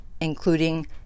including